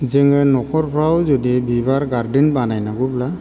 जोङो नखरफ्राव जुदि बिबार गार्डेन बानायनांगौब्ला